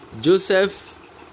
Joseph